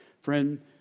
Friend